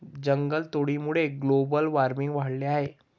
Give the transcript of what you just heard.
जंगलतोडीमुळे global warming वाढले आहे